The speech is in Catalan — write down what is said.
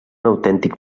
autèntic